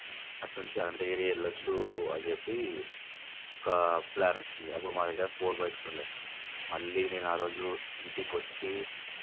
అటునుంచి అనంతగిరి వెళ్ళొచ్చు అని చెప్పి ఒక ప్లాన్ వచ్చింది అప్పుడు మా దగ్గర ఫోర్ బైక్స్ ఉండే మళ్ళీ నేను ఆరోజు ఇంటికి వచ్చి